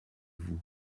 vous